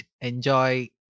enjoy